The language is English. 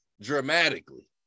dramatically